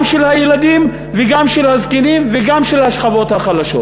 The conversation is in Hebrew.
גם של הילדים וגם של הזקנים וגם של השכבות החלשות.